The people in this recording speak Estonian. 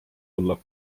olla